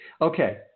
Okay